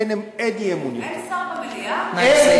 אין אי-אמון יותר.